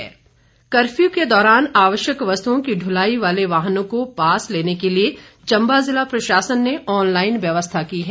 curfew pass curfew के दौरान आवश्यक वस्तुओं की ढुलाई वाले वाहनों को पास लेने के लिए चम्बा जिला प्रशासन ने ऑनलाइन व्यवस्था की है